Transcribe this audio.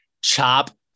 chop